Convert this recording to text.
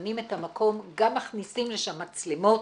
שמפנים את המקום, גם מכניסים לשם מצלמות,